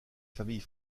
famille